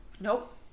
nope